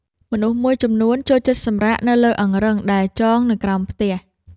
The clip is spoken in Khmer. មនុស្សមួយចំនួនចូលចិត្តសម្រាកនៅលើអង្រឹងដែលចងនៅក្រោមផ្ទះ។